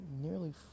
nearly